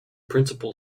principal